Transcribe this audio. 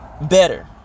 better